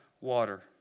water